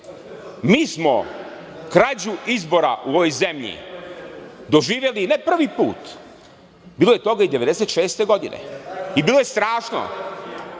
mi smo krađu izbora u ovoj zemlji doživeli ne prvi put. Bilo je toga i 1996. godine i bilo je strašno.